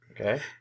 Okay